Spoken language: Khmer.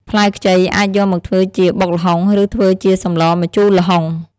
ផ្លែខ្ចីអាចយកមកធ្វើជាបុកល្ហុង ឬធ្វើជាសម្លម្ជូរល្ហុង។